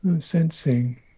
sensing